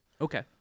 Okay